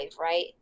right